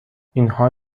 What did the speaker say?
اینها